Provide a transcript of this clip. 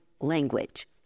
language